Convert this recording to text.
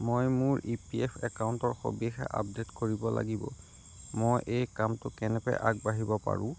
মই মোৰ E P F একাউণ্টৰ সবিশেষ আপডে'ট কৰিব লাগিব মই এই কামটোত কেনেকৈ আগবাঢ়িব পাৰোঁ